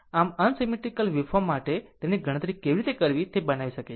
આમ unsymmetrical waveform માટે તેની ગણતરી કેવી રીતે કરવી તે બનાવી શકે છે